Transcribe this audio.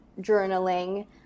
journaling